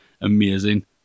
amazing